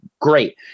Great